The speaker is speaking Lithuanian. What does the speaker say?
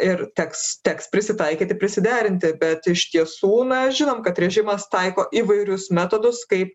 ir teks teks prisitaikyti prisiderinti bet iš tiesų mes žinom kad režimas taiko įvairius metodus kaip